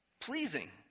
pleasing